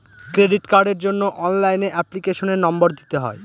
credit কার্ডের জন্য অনলাইনে এপ্লিকেশনের নম্বর দিতে হয়